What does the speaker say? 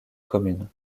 commune